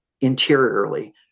interiorly